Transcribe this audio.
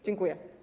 Dziękuję.